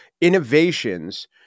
innovations